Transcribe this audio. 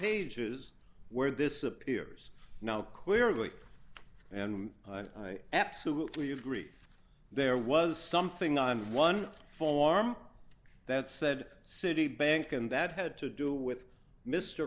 pages where this appears now clearly and i absolutely agree there was something on one form that said citibank and that had to do with mr